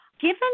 Given